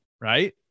right